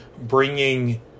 bringing